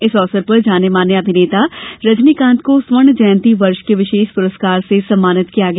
इस अवसर पर जाने माने अभिनेता रंजनीकांत को स्वर्ण जयंती वर्ष के विशेष पुरस्कार से सम्मानित किया गया